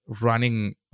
running